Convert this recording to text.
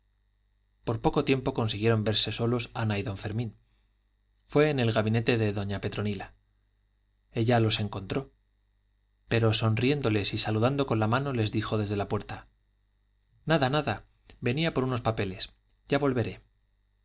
por poco tiempo consiguieron verse solos ana y don fermín fue en el gabinete de doña petronila ella los encontró pero sonriéndoles y saludando con la mano les dijo desde la puerta nada nada venía por unos papeles ya volveré